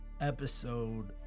episode